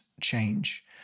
change